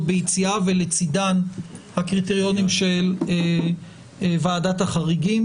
ביציאה ולצדן הקריטריונים של ועדת החריגים,